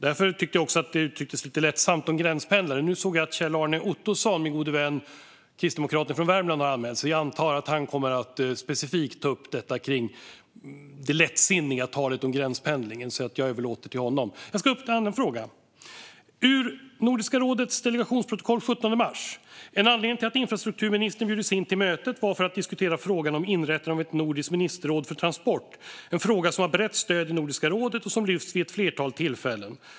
Därför tyckte jag också att det uttrycktes lite lättsamt om gränspendlare. Nu såg jag att Kjell-Arne Ottosson, min gode vän kristdemokraten från Värmland, har anmält sig till debatten. Jag antar att han kommer att specifikt ta upp det lättsinniga talet om gränspendlingen, så jag överlåter det till honom. Jag ska ta upp en annan fråga. Ur Nordiska rådets delegationsprotokoll den 17 mars: En anledning till att infrastrukturministern bjudits in till mötet var för att diskutera frågan om inrättandet av ett nordiskt ministerråd för transport, en fråga som har brett stöd i Nordiska rådet och som lyfts vid ett flertal tillfällen.